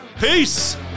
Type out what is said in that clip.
Peace